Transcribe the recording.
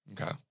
Okay